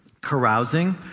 carousing